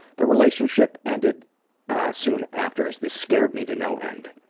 the relationship ended soon after, as this scared me to no end.